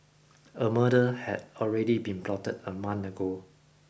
a murder had already been plotted a month ago